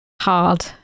hard